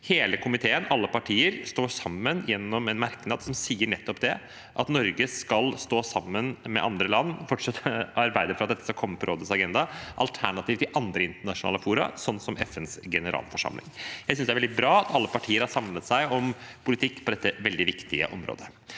Hele komiteen, alle partier, står sammen i en merknad som sier nettopp det, at Norge skal fortsette å arbeide for at dette skal komme på rådets agenda, alter nativt i andre internasjonale fora, slik som FNs generalforsamling. Jeg synes det er veldig bra at alle partier har samlet seg om politikk på dette veldig viktige området.